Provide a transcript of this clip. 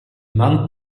man